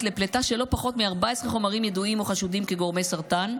לפלטה של לא פחות מ-14 חומרים ידועים או חשודים כגורמי סרטן.